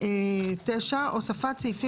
אתם